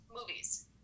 movies